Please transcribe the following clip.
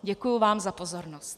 Děkuji vám za pozornost.